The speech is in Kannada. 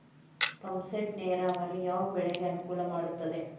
ಪಂಪ್ ಸೆಟ್ ನೇರಾವರಿ ಯಾವ್ ಬೆಳೆಗೆ ಅನುಕೂಲ ಮಾಡುತ್ತದೆ?